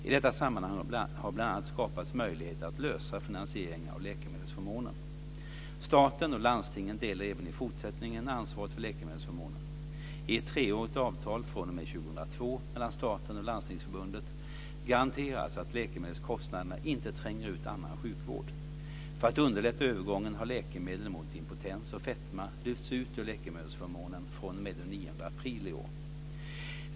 I detta sammanhang har bl.a. skapats möjligheter att lösa finansieringen av läkemedelsförmånen. Staten och landstingen delar även i fortsättningen ansvaret för läkemedelsförmånen. I ett treårigt avtal fr.o.m. år 2002 mellan staten och Landstingsförbundet garanteras att läkemedelskostnaderna inte tränger ut annan sjukvård. För att underlätta övergången har läkemedel mot impotens och fetma lyfts ut ur läkemedelsförmånen fr.o.m. den 9 april i år.